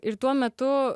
ir tuo metu